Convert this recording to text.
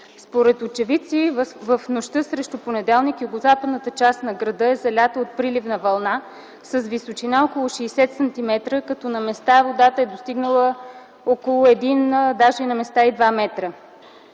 Според очевидци в нощта срещу понеделник югозападната част на града е залята от приливна вълна с височина около 60 см като на места водата е достигнала около един, а даже на места и два метра.